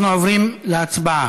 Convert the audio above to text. אנחנו עוברים להצבעה